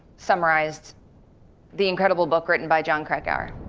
summarized the incredible book written by jon krakauer.